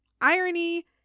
Irony